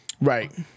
Right